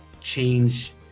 change